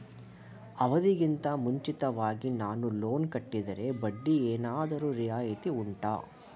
ಅವಧಿ ಗಿಂತ ಮುಂಚಿತವಾಗಿ ನಾನು ಲೋನ್ ಕಟ್ಟಿದರೆ ಬಡ್ಡಿ ಏನಾದರೂ ರಿಯಾಯಿತಿ ಉಂಟಾ